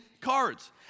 cards